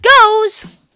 goes